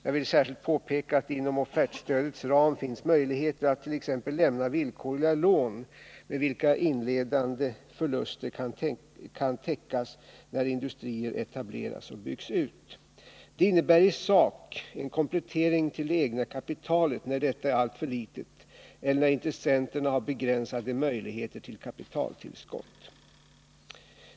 Jag vill särskilt påpeka att det inom offertstödets ram finns möjligheter att t.ex. lämna villkorliga lån, med vilka inledande förluster kan täckas när industrier etableras och byggs ut. Det innebär i sak en komplettering till det egna kapitalet, när detta är alltför litet eller när intressenterna har begränsade möjligheter till kapitaltillskott.